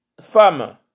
femme